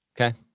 Okay